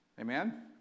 Amen